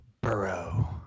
Burrow